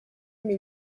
mais